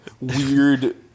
weird